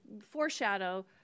foreshadow